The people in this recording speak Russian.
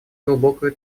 глубокую